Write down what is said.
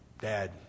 Dad